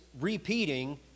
repeating